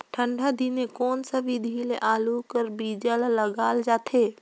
ठंडा दिने कोन सा विधि ले आलू कर बीजा ल लगाल जाथे?